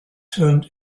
termed